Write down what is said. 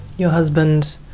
your husband